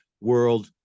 world